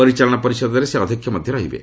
ପରିଚାଳନା ପରିଷଦର ସେ ଅଧ୍ୟକ୍ଷ ମଧ୍ୟ ରହିବେ